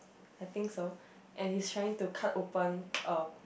I think so and he's trying to cut open a